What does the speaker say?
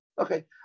Okay